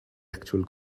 actual